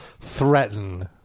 threaten